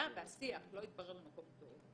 היה והשיח לא יתברר למקום טוב,